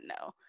no